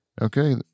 Okay